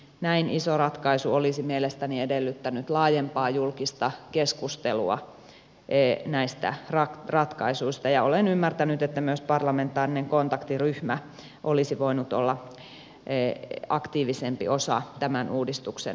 näin iso ratkaisu olisi mielestäni edellyttänyt laajempaa julkista keskustelua näistä ratkaisuista ja olen ymmärtänyt että myös parlamentaarinen kontaktiryhmä olisi voinut olla aktiivisempi osa tämän uudistuksen valmistelua